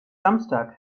samstag